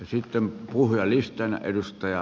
sitten puhujalistaan